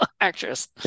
actress